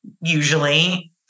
usually